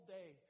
day